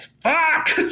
fuck